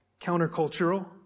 countercultural